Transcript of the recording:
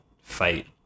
fight